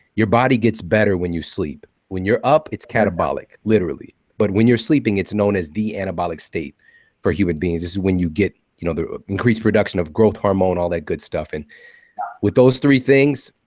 your body gets better when you sleep. when you're up, it's catabolic, literally, but when you're sleeping, it's known as the anabolic state for human beings. this is when you get you know the increase production of growth hormone, all that good stuff. and with those three things,